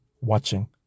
watching